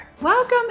Welcome